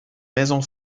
maison